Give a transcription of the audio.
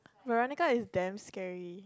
Veronica is damn scary